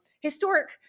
historic